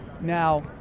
now